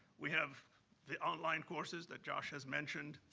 we have the online courses that josh has mentioned.